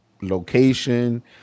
location